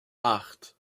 acht